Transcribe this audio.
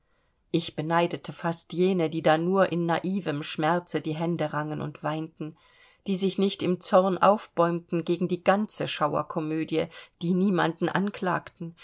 ich beneidete fast jene die da nur in naivem schmerze die hände rangen und weinten die sich nicht im zorn aufbäumten gegen die ganze schauerkomödie die niemanden anklagten